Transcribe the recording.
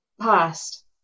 past